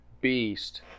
beast